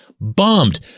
bombed